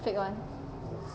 fake one